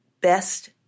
best